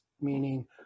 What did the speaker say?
meaning